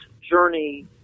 journey